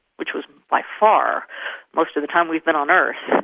which was by far most of the time we've been on earth,